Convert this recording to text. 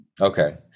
okay